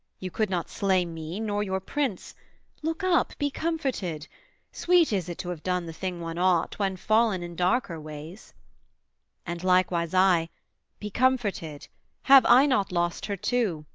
you could not slay me, nor your prince look up be comforted sweet is it to have done the thing one ought, when fallen in darker ways and likewise i be comforted have i not lost her too,